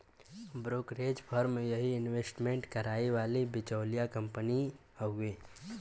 brokerage firm यही investment कराए वाली बिचौलिया कंपनी हउवे